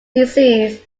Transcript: disease